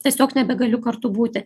tiesiog nebegaliu kartu būti